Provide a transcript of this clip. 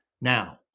Now